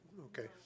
Okay